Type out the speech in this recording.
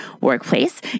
workplace